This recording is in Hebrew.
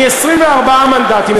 מ-24 מנדטים,